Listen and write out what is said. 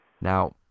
Now